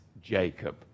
Jacob